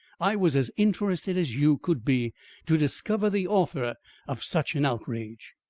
i was as interested as you could be to discover the author of such an outrage.